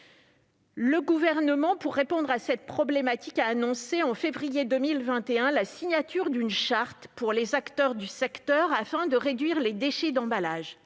Le Gouvernement, pour répondre à ce problème, a annoncé en février 2021 la signature d'une charte pour les acteurs du secteur, afin de réduire les déchets d'emballages.